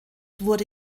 wurde